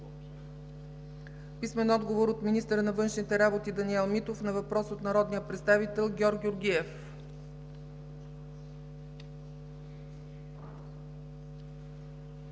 Хюсмен; - министъра на външните работи Даниел Митов на въпрос от народния представител Георг Георгиев;